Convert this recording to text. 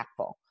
impactful